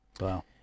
Wow